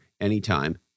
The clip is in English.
anytime